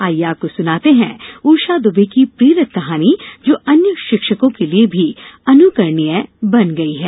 आइये आपको सुनाते हैं ऊषा दुबे की प्रेरक कहानी जो अन्य शिक्षकों के लिए भी अनुकरणीय बन गया है